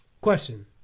Question